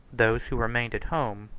those who remained at home,